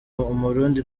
umurundi